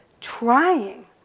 trying